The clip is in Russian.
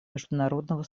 международного